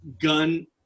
gun